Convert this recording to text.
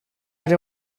are